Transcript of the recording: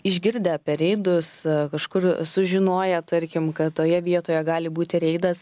išgirdę apie reidus kažkur sužinoję tarkim kad toje vietoje gali būti reidas